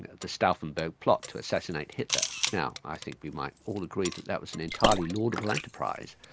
the stauffenberg plot to assassinate hitler. now i think we might all agree that that was an entirely laudable enterprise,